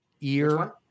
Ear